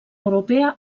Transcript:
europea